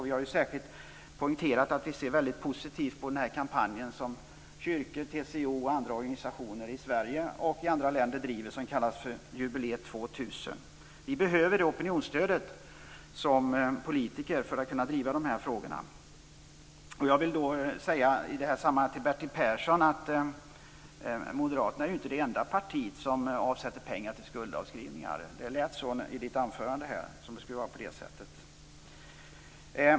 Vi har särskilt poängterat att vi ser väldigt positivt på den kampanj som kyrkor, TCO och andra organisationer i Sverige och andra länder driver som kallas för Jubilee 2000. Vi behöver det opinonsstödet som politiker för att kunna driva de här frågorna. I det sammanhanget vill jag säga till Bertil Persson att Moderaterna ju inte är det enda parti som avsätter pengar till skuldavskrivningar. Det lät i hans anförande som om det skulle vara på det sättet.